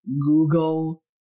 Google